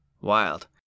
Wild